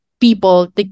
people